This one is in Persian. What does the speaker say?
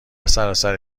سراسر